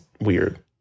Weird